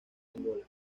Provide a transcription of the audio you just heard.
angola